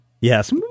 Yes